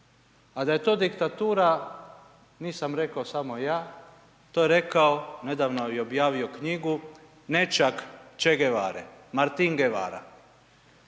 A da je to diktatura, nisam rekao samo ja to je rekao nedavno i objavio knjigu nećak Che Guevare, Martin Guevara,